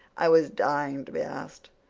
i was dying to be asked.